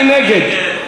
מי נגד?